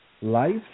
life